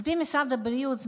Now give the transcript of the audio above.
על פי משרד הבריאות,